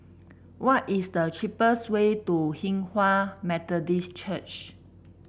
what is the cheapest way to Hinghwa Methodist Church